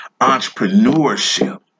entrepreneurship